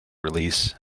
release